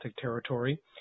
Territory